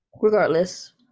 regardless